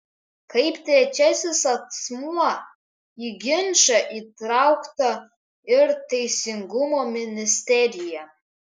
kaip trečiasis asmuo į ginčą įtraukta ir teisingumo ministerija